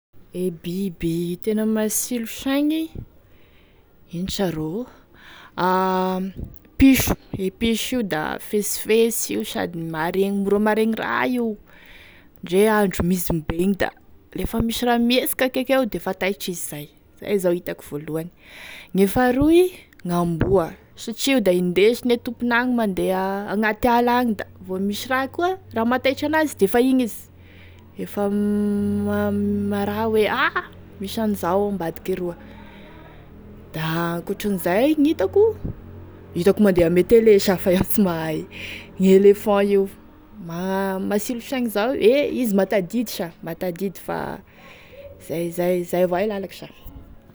E biby tena masilo saigny, ino sa ro, piso, e piso io da fesifesy io sady maregny mora maregny raha io ndre andro mizigny bé igny da rehefa misy raha mihesiky akaiky eo defa taitry izy zay, zay zao e hitako voalohany, gne faharoy, gn'amboa satria io da indesine tompony agny mandeha agnaty ala agny vo misy raha koa raha mahataitry an'azy defa igny izy defa m ma ra hoe ah misy an'izao ambadiky eroa, da ankoatran'izay gn'itako, hitako mandeha ame télé sa fa iaho sy mahay, gn'elephant io ma- masilo saigny za hoe e izy mahatadidy sa mahatadidy fa izay izay avao e lalako sa.